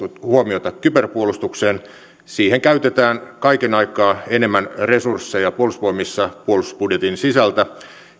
huomiota kyberpuolustukseen siihen käytetään kaiken aikaa enemmän resursseja puolustusvoimissa puolustusbudjetin sisältä